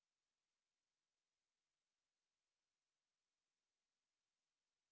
uh haven't either but I think they want to see if it works or something you know I mean the the